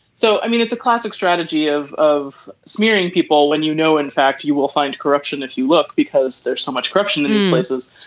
so i mean it's a classic strategy of of smearing people when you know in fact you will find corruption if you look because there's so much corruption in these places.